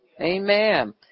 Amen